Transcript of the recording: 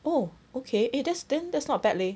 oh okay eh then that's not bad leh